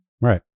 Right